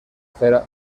fer